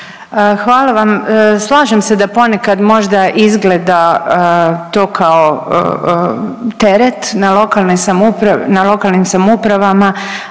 Hvala vam. Slažem se da ponekad možda izgleda to kao teret na lokalnoj, na lokalnim